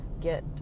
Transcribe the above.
get